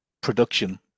production